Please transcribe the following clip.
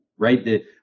right